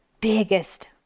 biggest